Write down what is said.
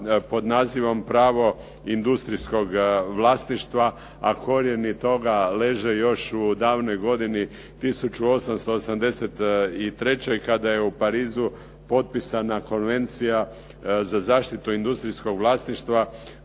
pod nazivom Pravo industrijskog vlasništva a korijeni toga leže još u davnoj godini 1883. kada je u Parizu potpisana Konvencija za zaštitu industrijskog vlasništva